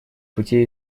путей